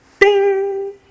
ding